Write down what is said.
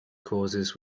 causes